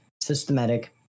systematic